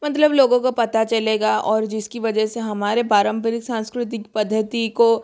मतलब लोगों को पता चलेगा और जिसकी वजह से हमारे पारंपरिक सांस्कृतिक पद्धति को